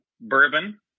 bourbon